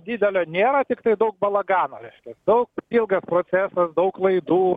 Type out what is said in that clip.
didelio nėra tiktai daug balagano reiškia daug ilgas procesas daug klaidų